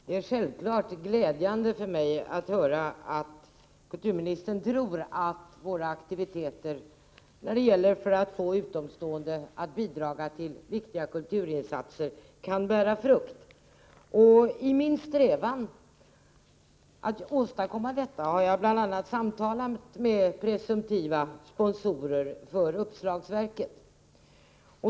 Herr talman! Det är självfallet glädjande för mig att höra att kulturministern tror att våra aktiviteter för att få utomstående att bidra till viktiga kulturinsatser kan bära frukt. I min strävan att åstadkomma detta har jag bl.a. samtalat med presumtiva sponsorer av uppslagsverket.